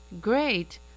Great